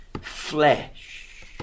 flesh